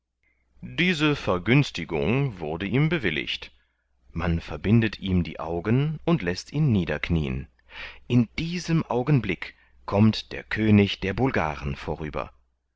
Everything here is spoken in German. diese vergünstigung wurde ihm bewilligt man verbindet ihm die augen und läßt ihn niederknien in diesem augenblick kommt der könig der bulgaren vorüber